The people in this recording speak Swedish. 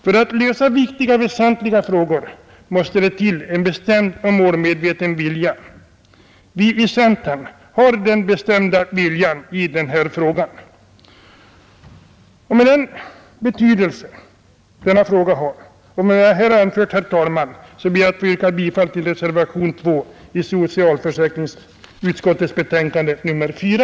För att lösa viktiga och väsentliga frågor måste det till en bestämd och målmedveten vilja. Vi i centern har den bestämda viljan i denna fråga. Med hänvisning till den betydelse denna fråga har och med vad jag här anfört, herr talman, ber jag att få yrka bifall till reservationen 2 vid socialförsäkringsutskottets betänkande nr 4.